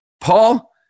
Paul